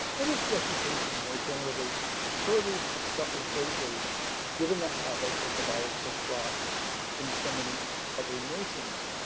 and its reputation more generally surely have suffered greatly given the havoc the virus has brought in so many other nations.